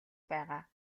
байгаа